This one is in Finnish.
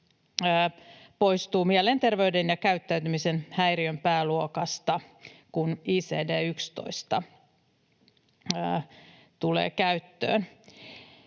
poistuu mielenterveyden ja käyttäytymisen häiriön pääluokasta, kun ICD-11 tulee käyttöön.